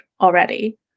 already